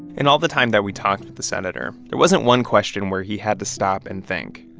in all the time that we talked to the senator, there wasn't one question where he had to stop and think.